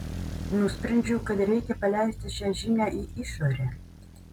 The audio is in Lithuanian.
nusprendžiau kad reikia paleisti šią žinią į išorę